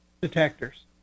detectors